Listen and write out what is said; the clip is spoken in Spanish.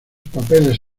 papeles